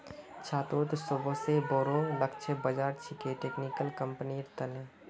छात्रोंत सोबसे बोरो लक्ष्य बाज़ार छिके टेक्निकल कंपनिर तने